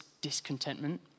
discontentment